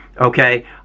okay